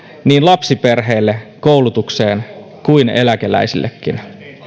niin lapsiperheille koulutukseen kuin eläkeläisillekin